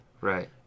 Right